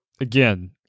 again